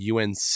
UNC